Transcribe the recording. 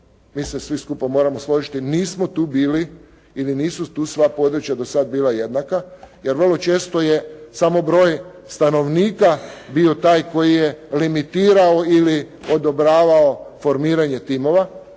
mi se svi skupa moramo složiti, nismo tu bili ili nisu tu sva područja do sad bila jednaka, jer vrlo često je samo broj stanovnika bio taj koji je limitirao ili odobravao formiranje timova.